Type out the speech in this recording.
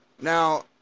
Now